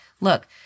look